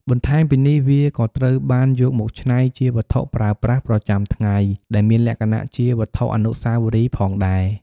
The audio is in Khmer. បន្ថែមពីនេះ វាក៏ត្រូវបានយកមកឆ្នៃជាវត្ថុប្រើប្រាស់ប្រចាំថ្ងៃដែលមានលក្ខណៈជាវត្ថុអនុស្សាវរីយ៍ផងដែរ។